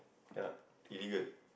cannot illegal